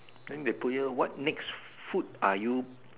then they put here what next food were you